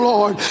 Lord